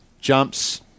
jumps